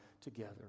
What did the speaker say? together